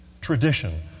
tradition